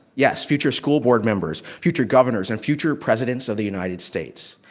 yes, future school board members. future governors and future presidents of the united states.